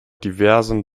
diversen